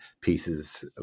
pieces